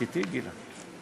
את אתי, גילה?